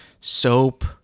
soap